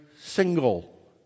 single